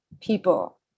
people